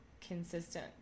consistent